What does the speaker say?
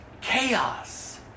chaos